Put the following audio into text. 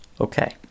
Okay